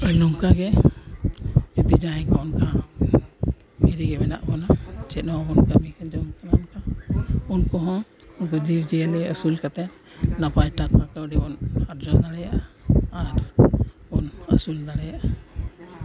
ᱱᱚᱝᱠᱟ ᱜᱮ ᱡᱩᱫᱤ ᱡᱟᱦᱟᱸᱭ ᱠᱚ ᱱᱚᱝᱠᱟ ᱤᱭᱟᱹ ᱜᱮ ᱢᱮᱱᱟᱜ ᱵᱚᱱᱟ ᱪᱮᱫ ᱦᱚᱸ ᱵᱟᱵᱚᱱ ᱠᱟᱹᱢᱤ ᱠᱟᱱᱟ ᱢᱮᱱᱠᱷᱟᱱ ᱩᱱᱠᱩ ᱦᱚᱸ ᱩᱱᱠᱩ ᱡᱤᱵᱽᱼᱡᱤᱭᱟᱹᱞᱤ ᱟᱹᱥᱩᱞ ᱠᱟᱛᱮᱫ ᱱᱟᱯᱟᱭ ᱴᱟᱠᱟ ᱠᱟᱹᱣᱰᱤ ᱵᱚᱱ ᱟᱨᱡᱟᱣ ᱫᱟᱲᱮᱭᱟᱜᱼᱟ ᱟᱨ ᱵᱚᱱ ᱟᱹᱥᱩᱞ ᱫᱟᱲᱮᱭᱟᱜᱼᱟ